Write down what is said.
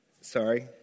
Sorry